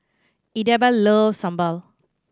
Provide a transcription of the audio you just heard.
Idabelle loves sambal